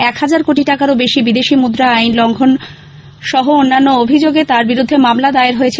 এক হাজার কোটি টাকারও বেশী বিদেশী মুদ্রা আইন লঙ্ঘন সহ অন্যন্য অভিযোগে তাঁর বিরুদ্ধে মামলা দায়ের হয়েছে